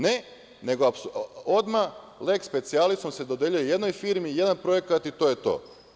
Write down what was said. Ne, nego se odmah leks specijalisom dodeljuje jednoj firmi jedan projekat, i to je to.